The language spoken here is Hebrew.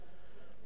אנחנו הצענו